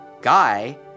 guy